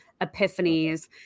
epiphanies